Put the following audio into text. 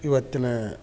ಇವತ್ತಿನ